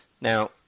Now